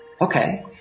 Okay